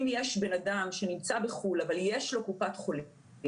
אם יש בן אדם שנמצא בחו"ל אבל יש לו קופת חולים,